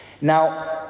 Now